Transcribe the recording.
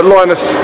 Linus